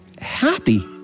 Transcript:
happy